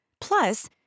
Plus